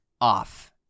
off